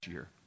year